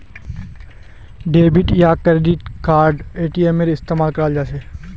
debit या credit card एटीएमत इस्तेमाल कियाल जा छ